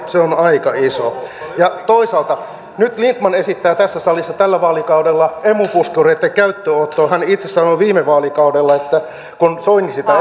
se on aika iso toisaalta nyt lindtman esittää tässä salissa tällä vaalikaudella emu puskureitten käyttöönottoa hän itse sanoi viime vaalikaudella kun soini sitä